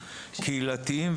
קהילתיים,